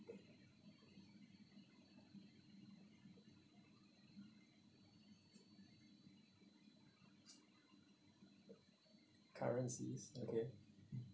currencies okay